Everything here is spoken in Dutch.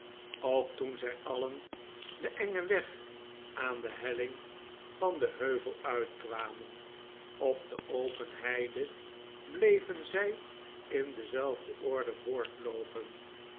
ook toen zij alien den engen weg aan de helling van den heuvel uitkwamen op de open heide bleven zij in dezelfde orde